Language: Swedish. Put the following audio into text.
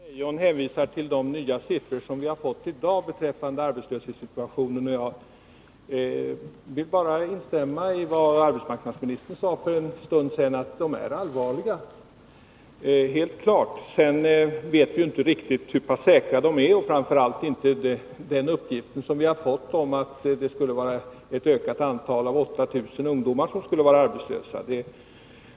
Herr talman! Anna-Greta Leijon hänvisar till de siffror som vi har fått i dag beträffande arbetssituationen. Jag vill instämma i vad arbetsmarknadsministern sade för en stund sedan, nämligen att de är allvarliga. Vi vet dock inte hur säkra de är. Osäkerheten beror framför allt på den uppgift vi fått om en ökning på 8 000 av antalet ungdomar som går arbetslösa.